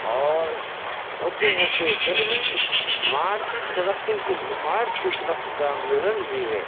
اور حکومت دہلی معاشی ترقی کی حمایت کی طرف گامزن بھی ہے